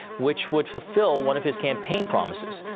which would fulfill one of his campaign promises.